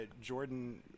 Jordan